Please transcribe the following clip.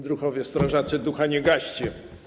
Druhowie strażacy, ducha nie gaście.